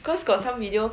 cause got some video